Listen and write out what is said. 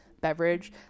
beverage